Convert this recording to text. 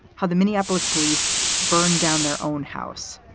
how the minneapolis police burned down their own house.